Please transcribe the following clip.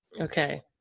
Okay